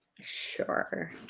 Sure